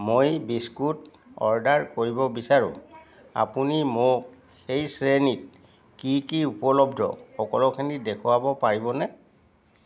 মই biscuit order কৰিব বিচাৰোঁ আপুনি মোক সেই শ্ৰেণীত কি কি উপলব্ধ সকলোখিনি দেখুৱাব পাৰিবনে